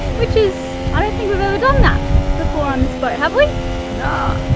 which is i don't think we've ever done that before on this boat, have we? ah